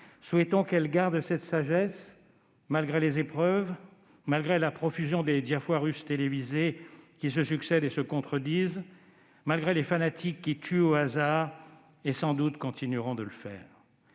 Souhaitons qu'elle garde cette sagesse malgré les épreuves, malgré la profusion des Diafoirus télévisés qui se succèdent et se contredisent, malgré les fanatiques qui tuent au hasard et, sans doute, continueront de le faire.